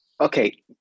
okay